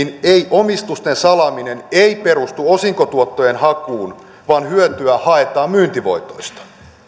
omistusten salaaminen ei perustu osinkotuottojen hakuun vaan hyötyä haetaan myyntivoitoista